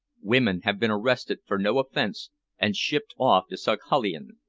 women have been arrested for no offense and shipped off to saghalien,